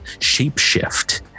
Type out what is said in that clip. shapeshift